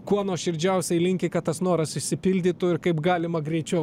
kuo nuoširdžiausiai linki kad tas noras išsipildytų ir kaip galima greičiau